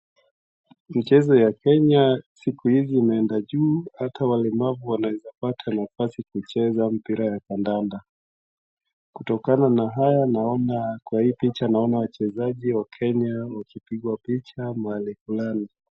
Michezo ya kenya sikuizi imeenda juu ata walemavu wanaeza pata nafasi kucheza mpiya wa kandanda. Kutokana na haya naona kwa hii picha wachezaji wa kenya wakipiga pich mahali fulani.